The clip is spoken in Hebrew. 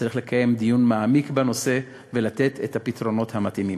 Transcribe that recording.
צריך לקיים דיון מעמיק בנושא ולתת את הפתרונות המתאימים.